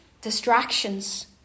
distractions